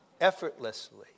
effortlessly